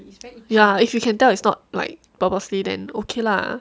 ya if you can tell it's not like purposely then okay lah